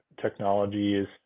technologies